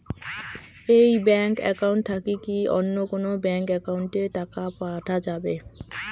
এই bank account থাকি কি অন্য কোনো ব্যাংক একাউন্ট এ কি টাকা পাঠা যাবে?